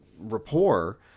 rapport